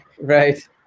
Right